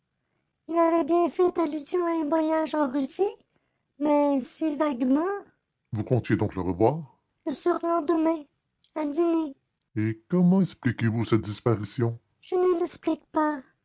il avait bien fait allusion à un voyage en russie mais si vaguement vous comptiez donc le revoir le surlendemain à dîner et comment expliquez-vous cette disparition je ne l'explique pas